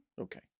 Okay